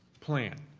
plan.